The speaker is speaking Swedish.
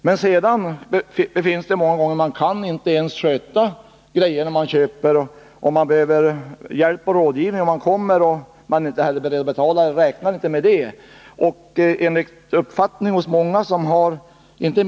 Många gånger befinns det att människorna sedan inte kan sköta de saker som de har köpt — de behöver hjälp och rådgivning. De kommer då till fotografen på orten men räknar inte med att behöva betala för denna hjälp.